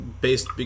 based